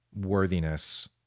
worthiness